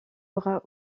aura